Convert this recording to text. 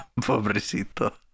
pobrecito